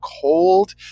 cold